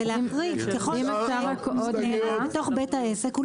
ולהחריג שככל שזה בתוך בית העסק הוא לא יצרן.